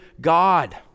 God